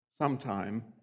sometime